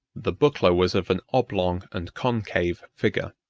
the buckler was of an oblong and concave figure,